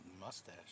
mustache